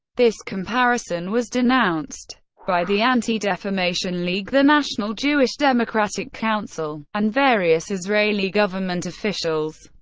this comparison was denounced by the anti-defamation league, the national jewish democratic council, and various israeli government officials.